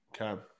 Okay